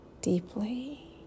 deeply